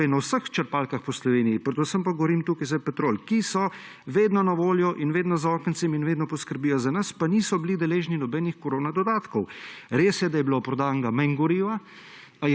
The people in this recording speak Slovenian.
− na vseh črpalkah po Sloveniji, predvsem pa govorim tukaj za Petrol − ki so vedno na voljo in vedno za okencem in vedno poskrbijo za nas, pa niso bili deležni nobenih koronadodatkov. Res, da je bilo prodanega manj goriva,